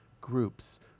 groups